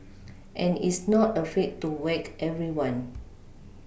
and is not afraid to whack everyone